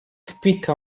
spicca